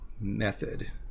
method